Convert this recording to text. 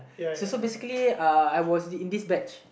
so so basically I was in this batch